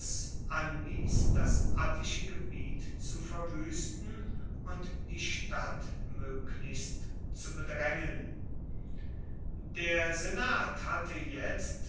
anwies das attische gebiet zu verwuesten und die stadt moeglichst zu bedraengen der senat hatte jetzt